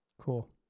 Cool